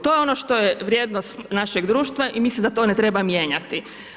To je ono što je vrijednost našeg društva i mislim da to ne treba mijenjati.